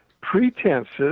pretenses